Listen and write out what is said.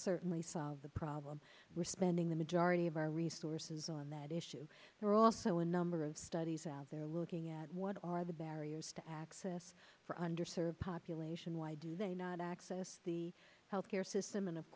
certainly solve the problem we're spending the majority of our resources on that issue there are also a number of studies out there looking at what are the barriers to access for under served population why do they not access the health care system and of